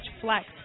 flex